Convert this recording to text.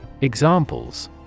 Examples